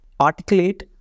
articulate